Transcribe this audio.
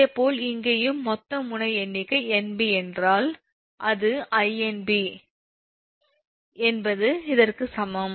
இதேபோல் இங்கேயும் மொத்த முனை எண்ணிக்கை 𝑁𝐵 என்றால் அது 𝑖𝑁𝐵 என்பது இதற்கு சமம்